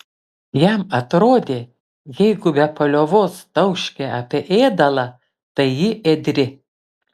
jam atrodė jeigu be paliovos tauškia apie ėdalą tai ji ėdri